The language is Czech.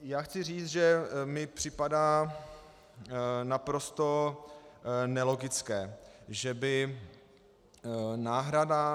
Já chci říct, že mi připadá naprosto nelogické, že by náhrada...